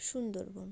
Sundarban